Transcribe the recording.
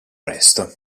resto